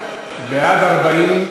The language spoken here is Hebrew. בעד 40,